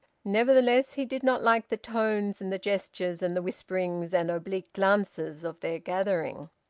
nevertheless, he did not like the tones and the gestures and the whisperings and oblique glances of their gathering.